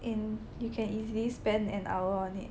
and you can easily spend an hour on it